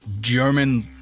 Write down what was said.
German